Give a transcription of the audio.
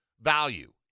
value